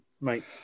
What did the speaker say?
mate